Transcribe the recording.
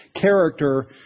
character